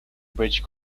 bridge